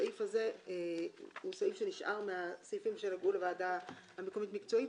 הסעיף הזה הוא סעיף שנשאר מהסעיפים שנגעו לוועדה המקומית-מקצועית.